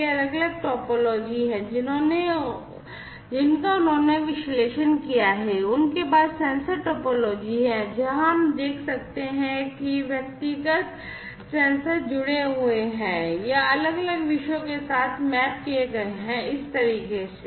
ये अलग अलग टोपोलॉजी हैं जिनका उन्होंने विश्लेषण किया है उनके पास सेंसर टोपोलॉजी है जहां हम देख सकते हैं कि व्यक्तिगत सेंसर जुड़े हुए हैं या अलग अलग विषयों के साथ मैप किए गए हैं इस तरीके से